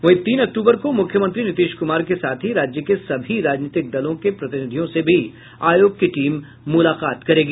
वहीं तीन अक्टूबर को मुख्यमंत्री नीतीश कुमार के साथ ही राज्य के सभी राजनीतिक दलों के प्रतिनिधियों से भी आयोग की टीम मुलाकात करेगी